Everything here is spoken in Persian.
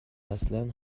اصلن